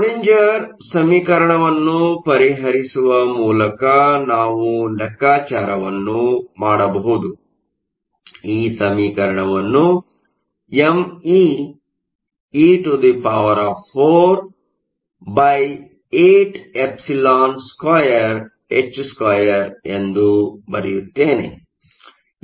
Schrodinger ಸಮೀಕರಣವನ್ನು ಪರಿಹರಿಸುವ ಮೂಲಕ ನಾವು ಲೆಕ್ಕಾಚಾರವನ್ನು ಮಾಡಬಹುದು ಈ ಸಮೀಕರಣವನ್ನು mee4 8ɛ02h2 ಎಂದು ಬರೆಯುತ್ತೇನೆ